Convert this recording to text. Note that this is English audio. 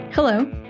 Hello